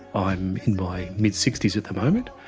i'm in my mid sixty s at the moment.